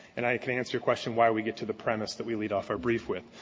and i can answer your question why we get to the premise that we lead off our brief with.